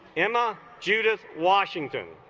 emma judith washington